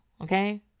okay